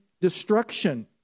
destruction